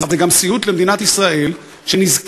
אבל זה גם סיוט למדינת ישראל שנזקקת